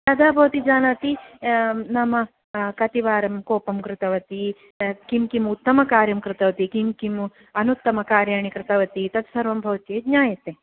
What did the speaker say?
तदा भवती जानाति नाम कतिवारं कोपं कृतवती किं किम् उत्तमकार्यं कृतवती किं किम् अनुत्तमकार्याणि कृतवती तत्सर्वं भवती ज्ञायते